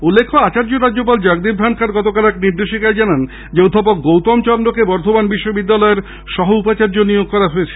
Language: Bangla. উল্লেখ্য আচার্য রাজ্যপাল জগদীপ ধনখড় গতকাল এক নির্দেশিকায় জানান অধ্যাপক গৌতম চন্দ্রকে বর্ধমান বিশ্ববিদ্যালয়ের সহ উপাচার্য নিয়োগ করা হয়েছে